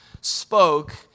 spoke